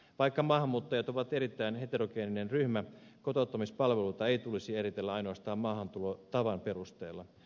vaikka maahanmuuttajat ovat erittäin heterogeeninen ryhmä kotouttamispalveluita ei tulisi eritellä ainoastaan maahantulotavan perusteella